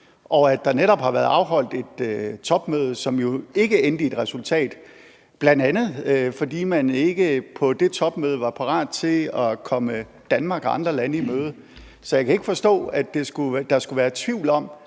og at der jo netop har været afholdt et topmøde, som ikke endte i et resultat, bl.a. fordi man ikke på det topmøde var parat til at komme Danmark og andre lande i møde. Så jeg kan ikke forstå, at der skulle være tvivl om,